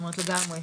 כלומר לגמרי.